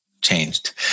changed